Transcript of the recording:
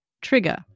trigger